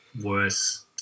worse